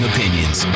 Opinions